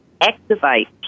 activate